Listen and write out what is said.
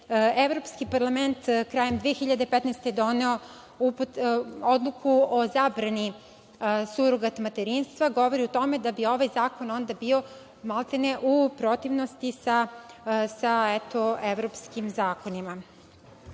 Evropski parlament krajem 2015. godine doneo Odluku o zabrani surogat materinstva govori o tome da bi ovaj zakon onda bio maltene u protivnosti sa evropskim zakonima. Kada